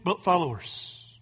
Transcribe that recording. followers